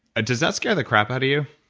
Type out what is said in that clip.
ah does that scare the crap out of you?